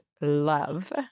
love